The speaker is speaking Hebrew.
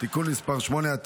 (תיקון מס׳ 8),